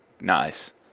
Nice